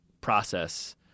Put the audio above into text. process